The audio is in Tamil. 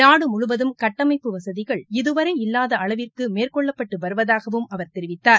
நாடு முழுவதும் கட்டமைப்பு வசதிகள் இதுவரை இல்வாத அளவிற்கு மேற்கொள்ளப்பட்டு வருவதாகவும் அவர் தெரிவித்தார்